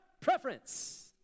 preference